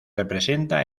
representa